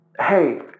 Hey